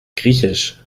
griechisch